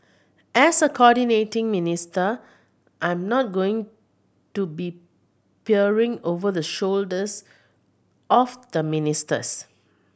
as a coordinating minister I'm not going to be peering over the shoulders of the ministers